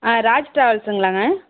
ஆ Raj ட்ராவல்ஸுங்களாங்க